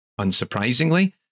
unsurprisingly